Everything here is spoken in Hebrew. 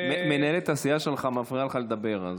מנהלת הסיעה שלך מפריעה לך לדבר.